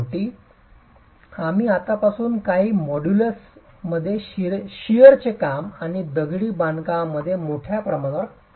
शेवटी आम्ही आतापासून काही मोड्यूल्समध्ये शिअरण्याचे काम आणि दगडी बांधकामाचे कार्य मोठ्या प्रमाणावर करणार आहोत